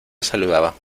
saludaba